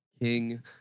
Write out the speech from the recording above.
King